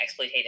exploitative